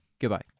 Goodbye